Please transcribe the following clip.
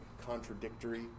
contradictory